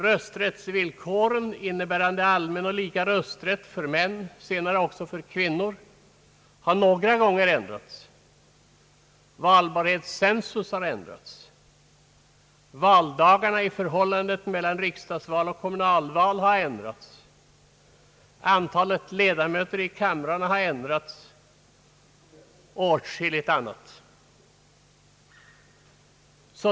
Rösträttsvillkoren, innebärande allmän och lika rösträtt för män och senare också för kvinnor, har några gånger ändrats, valbarhetscensus har ändrats, valdagarna i förhållandet mellan riksdagsval och kommunalval har ändrats, antalet ledamöter i kamrarna har ändrats och åtskilligt annat.